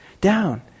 down